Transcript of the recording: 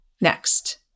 next